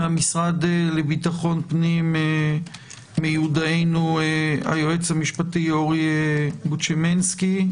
מהמשרד לביטחון פנים מיודענו היועץ המשפטי אורי בוצמנסקי,